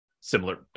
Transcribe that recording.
similar